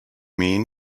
mean